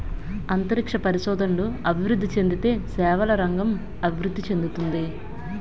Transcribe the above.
అంతరిక్ష పరిశోధనలు అభివృద్ధి చెందితే సేవల రంగం అభివృద్ధి చెందుతుంది